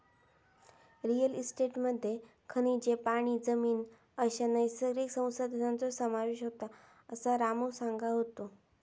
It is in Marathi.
रिअल इस्टेटमध्ये खनिजे, पाणी, जमीन अश्या नैसर्गिक संसाधनांचो समावेश होता, असा रामू सांगा होतो